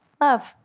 love